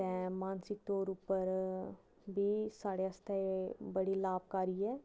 ते मानसिक तौर उप्पर बी साढ़े आस्तै बड़ी लाभकारी ऐ